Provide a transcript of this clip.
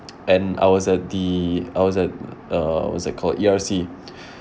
and I was at the I was at uh what's that called E_R_C